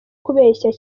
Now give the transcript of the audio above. kubeshya